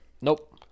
Nope